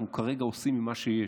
אנחנו כרגע עושים ממה שיש.